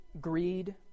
greed